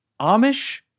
Amish